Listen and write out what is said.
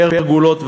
פרגולות,